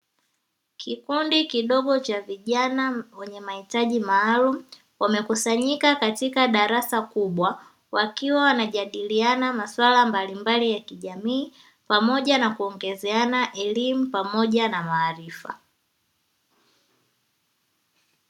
Kikundi kidogo cha vijana wenye mahitaji kaalumu wamekusanyika katika darasa kubwa, wakiwa wanajadiliana masuala mbalimbali ya kijamii pamoja na kuongezeana elimu pamoja na maarifa.